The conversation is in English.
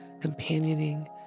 companioning